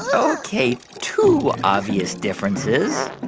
ok, two obvious differences.